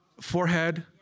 forehead